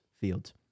Fields